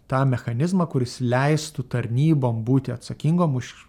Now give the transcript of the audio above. tą mechanizmą kuris leistų tarnybom būti atsakingom už